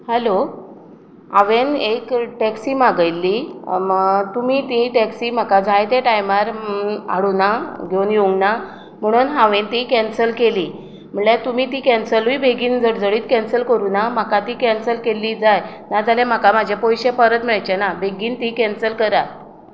hello हांवें एक taxi मागयल्ली तुमी ती टॅक्सी म्हाका जाय ते टायमार हाडुना घेवून येवंक ना म्हणून हांवें ती कॅन्सल केली म्हणल्यार तुमी ती कॅन्सलूय बी बेगीन जडजडीत कॅन्सल करूंक ना म्हाका ती कॅन्सल केल्ली जाय ना जाल्यार म्हाका म्हाजे पयशे परत मेळचेना बेगीन ती कॅन्सल करात